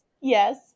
yes